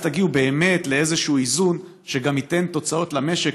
אז תגיעו באמת לאיזשהו איזון שגם ייתן תוצאות למשק.